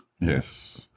Yes